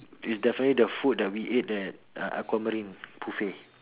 it's definitely the food that we eat at Aquamarine buffet